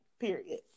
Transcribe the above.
period